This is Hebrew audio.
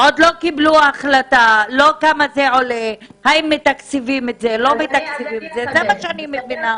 עוד לא קיבלו החלטה לגבי תקציב, זה מה שאני מבינה.